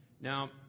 Now